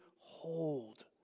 hold